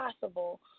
possible